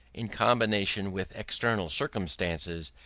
in combination with external circumstances,